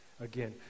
Again